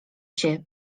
się